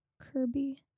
kirby